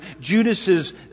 Judas's